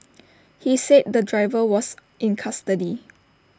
he said the driver was in custody